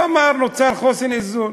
הוא אמר: נוצר חוסר איזון,